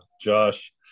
Josh